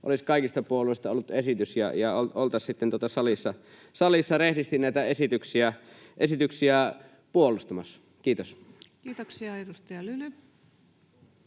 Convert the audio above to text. olisi kaikista puolueista ollut esitys ja oltaisiin sitten täällä salissa rehdisti näitä esityksiä puolustamassa. — Kiitos. Kiitoksia. — Edustaja Lyly.